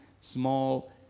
small